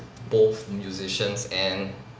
both musicians and